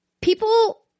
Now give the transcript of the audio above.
people